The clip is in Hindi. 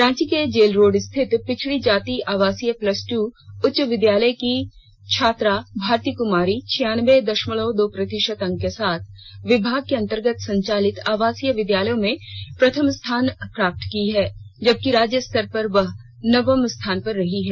रांची के जेल रोड स्थित पिछड़ी जाति आवसीय प्लस टू उच्च विद्यालय की छात्रा भारती कुमारी छियानब्बे दषमलव दो प्रतिषत अंक के साथ विभाग के अंतर्गत संचालित आवासीय विद्यालयों में प्रथम स्थान प्राप्त की है जबकि राज्य स्तर पर वह नवम स्थान पर रही हैं